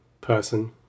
person